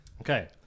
Okay